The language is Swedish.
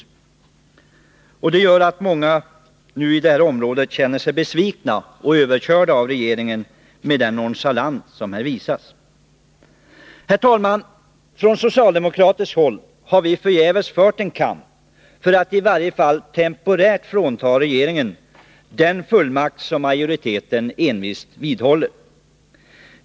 Till följd av den nonchalans som här visats känner sig många i området besvikna och överkörda av regeringen. Herr talman! Från socialdemokratiskt håll har vi förgäves fört en kamp för att i varje fall temporärt frånta regeringen den fullmakt som majoriteten envist vidhåller.